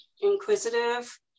inquisitive